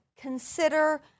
consider